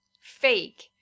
fake